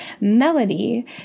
Melody